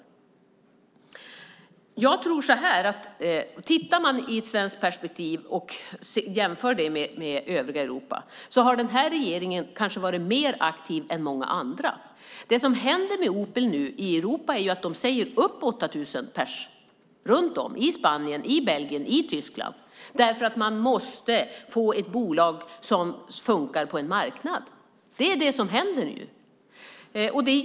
Om man ser på frågan ur ett svenskt perspektiv och jämför med övriga Europa visar det sig att denna regering kanske varit mer aktiv än många andra. Det som nu händer med Opel i Europa är att de säger upp 8 000 personer - i Spanien, Belgien, Tyskland - eftersom de måste få ett bolag som fungerar på marknaden. Det är det som nu händer.